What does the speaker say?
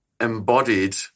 embodied